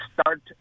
start